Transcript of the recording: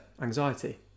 anxiety